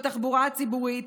בתחבורה הציבורית,